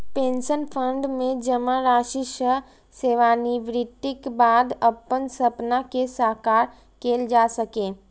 pension fund मे जमा राशि सं सेवानिवृत्तिक बाद अपन सपना कें साकार कैल जा सकैए